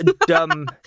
Dumb